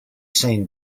seen